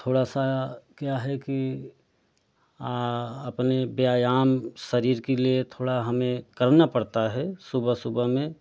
थोड़ा सा क्या है कि अपने व्यायाम शरीर के लिए थोड़ा हमें करना पड़ता है सुबह सुबह में